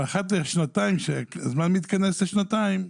אבל אחת לשנתיים, שהזמן מתכנס לשנתיים,